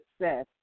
success